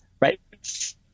right